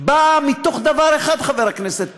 הזאת באה מתוך דבר אחד, חבר הכנסת פרי,